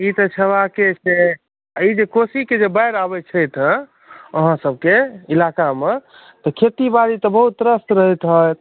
ई तऽ छेबाके छै ई जे कोशीके जे बाइढ़ अबै छै तऽ अहाँसभके इलाकामे तऽ खेतीबाड़ी तऽ बहुत त्रस्त रहैत हैत